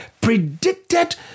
predicted